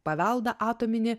paveldą atominį